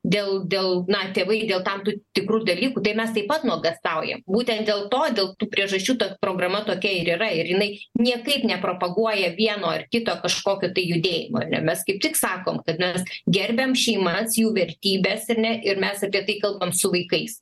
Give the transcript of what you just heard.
dėl dėl na tėvai dėl tam tų tikrų dalykų tai mes taip pat nuogąstaujam būtent dėl to dėl tų priežasčių ta programa tokia ir yra ir jinai niekaip nepropaguoja vieno ar kito kažkokio tai judėjimo ne mes kaip tik sakom kad mes gerbiam šeimas jų vertybes ar ne ir mes apie tai kalbam su vaikais